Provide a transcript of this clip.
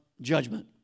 judgment